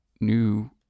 new